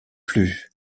plus